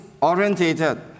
orientated